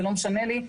זה לא משנה לי,